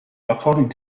according